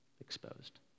exposed